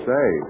Say